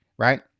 Right